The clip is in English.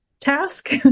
task